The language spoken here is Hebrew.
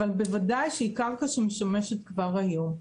אבל בוודאי שהיא קרקע שמשמשת כבר היום.